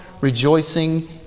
rejoicing